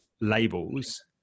labels